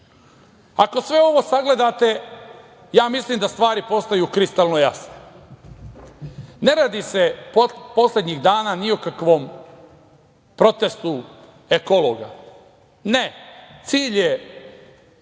sve ovo sagledate, ja mislim da stvari postaju kristalno jasne. Ne radi se poslednjih dana ni o kakvom protestu ekologa. Ne, cilj je